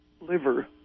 Liver